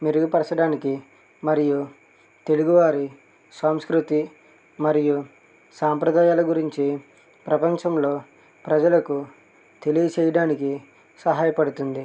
మెరుగుపరచడానికి మరియు తెలుగువారి సాంస్కృతి మరియు సాంప్రదాయాల గురించి ప్రపంచంలో ప్రజలకు తెలియజేయడానికి సహాయపడుతుంది